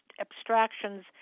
abstractions